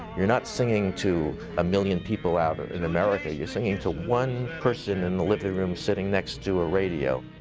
you're not singing to a million people out in america, you're singing to one person in the living room sitting next to a radio.